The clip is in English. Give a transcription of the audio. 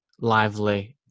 lively